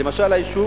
למשל היישוב